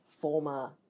former